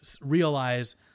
realize